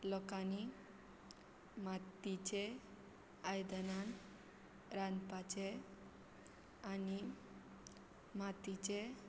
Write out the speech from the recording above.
लोकांनी मातीचें आयदनान रांदपाचें आनी मातीचें